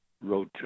wrote